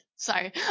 Sorry